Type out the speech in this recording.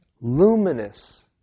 Luminous